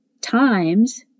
times